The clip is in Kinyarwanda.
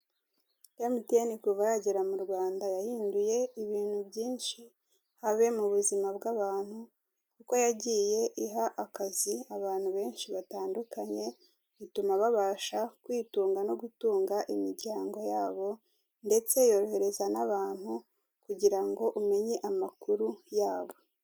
Mtn kuva yagera mu Rwanda yahinduye ibintu byinshi habe mu buzima bw'abantu, kuko yagiye iha akazi abantu benshi batandukanye, bituma babasha kwitunga no gutunga imiryango yabo, ndetse yorohereza n'abantu kugira ngo umenye amakuru yabo.